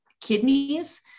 kidneys